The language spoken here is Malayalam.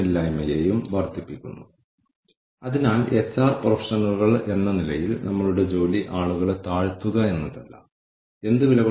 കാഴ്ചപ്പാടിന്റെയും തന്ത്രത്തിന്റെയും അടിസ്ഥാനത്തിൽ ഉപഭോക്താക്കൾ നമ്മളെ എങ്ങനെ കാണുന്നു എന്നതാണ് ഉപഭോക്തൃ വീക്ഷണം